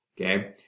Okay